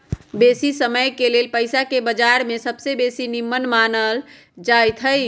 बेशी समयके लेल पइसाके बजार में सबसे बेशी निम्मन मानल जाइत हइ